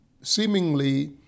seemingly